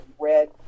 red